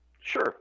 sure